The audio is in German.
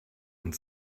und